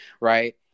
right